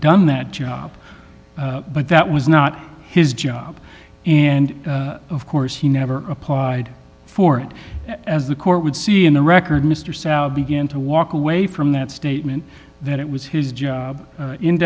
done that job but that was not his job and of course he never applied for it as the court would see in the record mr south began to walk away from that statement that it was his job in